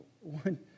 one